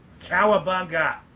Cowabunga